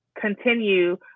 continue